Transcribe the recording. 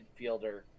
midfielder